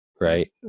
Right